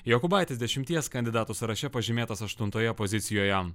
jokubaitis dešimties kandidatų sąraše pažymėtas aštuntoje pozicijoje